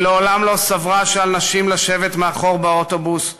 היא מעולם לא סברה שעל נשים לשבת מאחור באוטובוס,